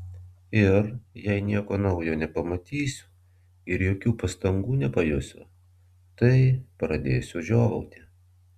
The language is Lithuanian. ir jei nieko naujo nepamatysiu ir jokių pastangų nepajusiu tai pradėsiu žiovauti